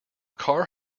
car